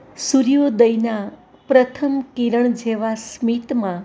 સૂર્યોદયના પ્રથમ કિરણ જેવા સ્મિતમાં